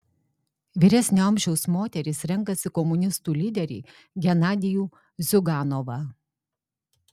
vyresnio amžiaus moterys renkasi komunistų lyderį genadijų ziuganovą